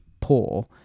poor